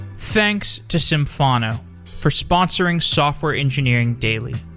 thanks to symphono for sponsoring software engineering daily.